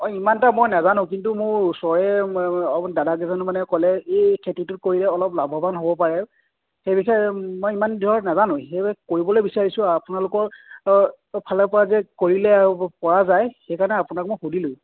অঁ ইমান এটা মই নেজানো কিন্তু মোৰ ওচৰৰে দাদা কেইজনমানে ক'লে এই খেতিটো কৰিলে অলপ লাভৱান হ'ব পাৰে সেইবিষয়ে মই ইমান ধৰণে নাজানো সেয়ে কৰিবলে বিচাৰিছোঁ আপোনালোকৰ ফালৰ পৰা যে কৰিলে আৰু পৰা যায় সেইকাৰণে আপোনাক মই সুধিলোঁ